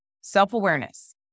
self-awareness